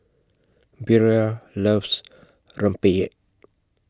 Bria loves Rempeyek